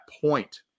point